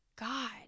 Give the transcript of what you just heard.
God